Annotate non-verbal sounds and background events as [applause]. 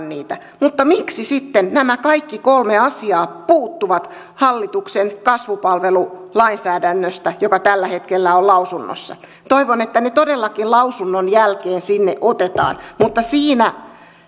[unintelligible] niitä mutta miksi sitten nämä kaikki kolme asiaa puuttuvat hallituksen kasvupalvelulainsäädännöstä joka tällä hetkellä on lausunnolla toivon että ne todellakin lausunnon jälkeen sinne otetaan mutta siinä